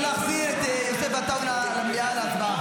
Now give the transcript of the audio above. אפשר להחזיר את יוסף עטאונה למליאה להצבעה.